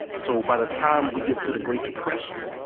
so by the time we get to the great depression,